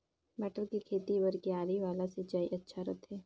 मटर के खेती बर क्यारी वाला सिंचाई अच्छा रथे?